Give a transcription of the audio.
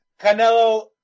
Canelo